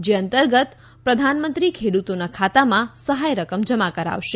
જે અંતર્ગત પ્રધાનમંત્રી ખેડૂતોના ખાતામાં સહાય રકમ જમા કરાવશે